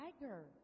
tiger